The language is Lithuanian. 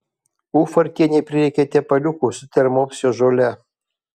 ufartienei prireikė tepaliukų su termopsio žole